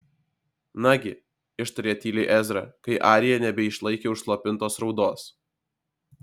nagi ištarė tyliai ezra kai arija nebeišlaikė užslopintos raudos